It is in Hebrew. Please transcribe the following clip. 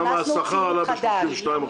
גם השכר עלה ב-32%.